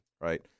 Right